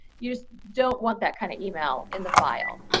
you don't want that kind of email in the file.